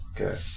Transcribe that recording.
Okay